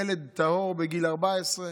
ילד טהור בגיל 14,